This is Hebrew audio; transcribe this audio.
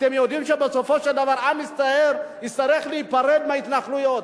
אתם יודעים שבסופו של דבר עם ישראל יצטרך להיפרד מההתנחלויות.